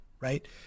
right